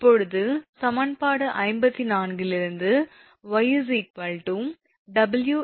இப்போது சமன்பாடு 54 இலிருந்து 𝑦 𝑊𝑥22𝑇